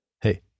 Hey